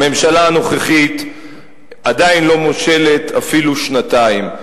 הממשלה הנוכחית עדיין לא מושלת אפילו שנתיים.